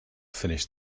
finish